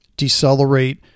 decelerate